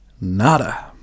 Nada